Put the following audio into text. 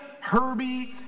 Herbie